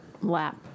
lap